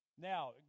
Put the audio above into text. Now